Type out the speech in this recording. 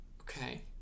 okay